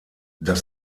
das